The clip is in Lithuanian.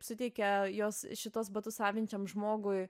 suteikė jos šituos batus avinčiam žmogui